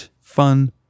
fun